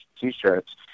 t-shirts